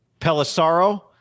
Pelisaro